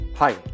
Hi